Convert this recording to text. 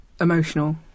emotional